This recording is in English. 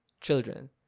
children